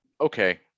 Okay